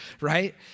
right